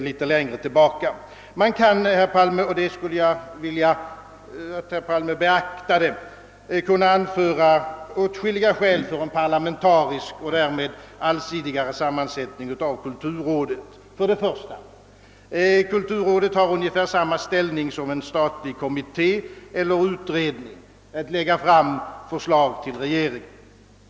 Jag skulle vilja, att herr Palme beaktade att man kan anföra åtskilliga skäl för en parlamentarisk och därmed allsidigare sammansättning av kulturrådet. För det första: kulturrådet har ungefär samma ställning som en statlig utredningskommitté och skall lägga fram förslag för regeringen.